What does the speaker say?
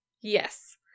Yes